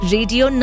Radio